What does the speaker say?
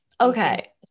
Okay